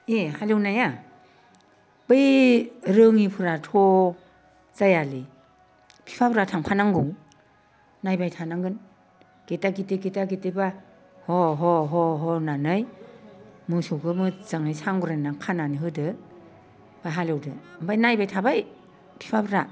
ए हालेवनाया बै रोङिफ्राथ' जायालै बिफाफोरा थांफानांगौ नायबाय थानांगोन गेदा गिदि गेदागिदिबा ह' ह' ह' ह' होननानै मोसौखौ मोजाङै सांग्रायना खानानै होदो बा हालेवदो ओमफ्राय नायबाय थाबाय बिफाफोरा